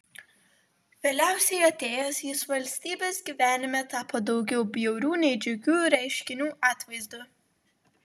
vėliausiai atėjęs jis valstybės gyvenime tapo daugiau bjaurių nei džiugių reiškinių atvaizdu